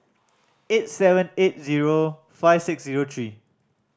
eight seven eight zero five six zero three